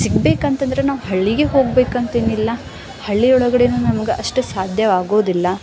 ಸಿಗ್ಬೇಕಂತಂದರೆ ನಾವು ಹಳ್ಳಿಗೆ ಹೋಗಬೇಕಂತೇನಿಲ್ಲ ಹಳ್ಳಿಯೊಳಗಡೆನು ನಮ್ಗೆ ಅಷ್ಟು ಸಾಧ್ಯವಾಗುವುದಿಲ್ಲ